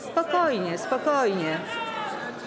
Spokojnie, spokojnie.